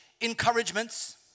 encouragements